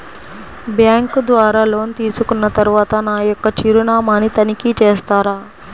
Bank ద్వారా loan తీసుకున్న తరువాత నా యొక్క చిరునామాని తనిఖీ చేస్తారా?